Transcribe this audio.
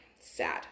Sad